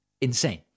insane